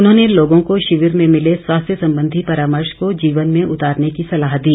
उन्होंने लोगों को शिविर में मिले स्वास्थ्य संबंधी परामर्श को जीवन में उतारने की सलाह दी